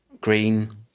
green